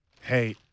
hey